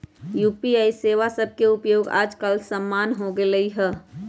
UPI सेवा सभके उपयोग याजकाल सामान्य हो गेल हइ